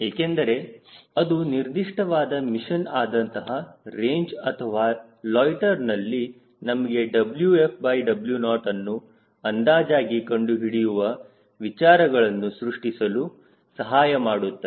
ಏಕೆಂದರೆ ಅದು ನಿರ್ದಿಷ್ಟವಾದ ಮಿಷನ್ ಆದಂತಹ ರೇಂಜ್ ಅಥವಾ ಲೊಯ್ಟ್ಟೆರ್ನಲ್ಲಿ ನಮಗೆ WfW0 ಅನ್ನು ಅಂದಾಜಾಗಿ ಕಂಡುಹಿಡಿಯುವ ವಿಚಾರಗಳನ್ನು ಸೃಷ್ಟಿಸಲು ಸಹಾಯಮಾಡುತ್ತವೆ